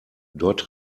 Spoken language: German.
dort